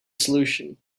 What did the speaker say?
solution